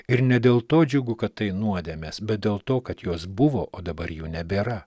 ir ne dėl to džiugu kad tai nuodėmės bet dėl to kad jos buvo o dabar jų nebėra